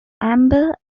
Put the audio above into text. amber